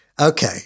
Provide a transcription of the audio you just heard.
Okay